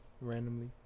randomly